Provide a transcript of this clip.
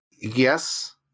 Yes